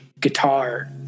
guitar